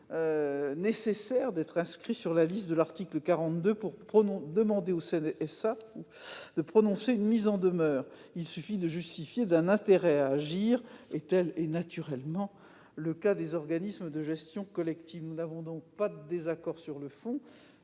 nécessaire d'être inscrit sur la liste de l'article 42 pour pouvoir demander au CSA de prononcer une mise en demeure ; il suffit de justifier d'un intérêt à agir et tel est, naturellement, le cas des organismes de gestion collective. Nous n'avons donc pas de désaccord sur le fond,